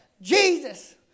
Jesus